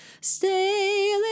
Stay